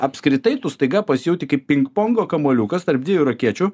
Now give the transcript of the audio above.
apskritai tu staiga pasijauti kaip pingpongo kamuoliukas tarp dviejų rakečių